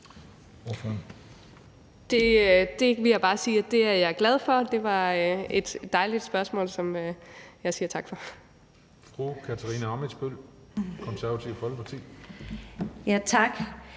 Det vil jeg bare sige at jeg er glad for. Det var et dejligt spørgsmål, som jeg siger tak for.